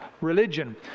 religion